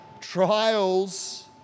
Trials